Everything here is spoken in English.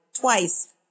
twice